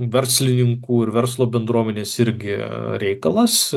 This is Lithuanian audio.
verslininkų ir verslo bendruomenės irgi reikalas